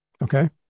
Okay